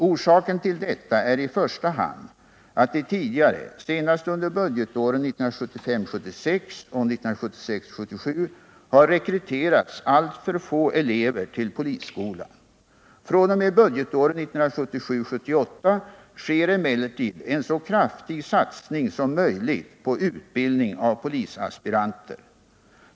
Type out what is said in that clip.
Orsaken till detta är i första hand att det tidigare, senast under budgetåren 1975 77, har rekryterats alltför få elever till polisskolan. fr.o.m. budgetåret 1977/78 sker emellertid en så kraftig satsning som möjligt på utbildning av polisaspiranter.